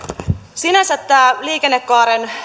sinänsä tämä liikennekaaren